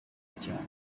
cyane